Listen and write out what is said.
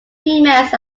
females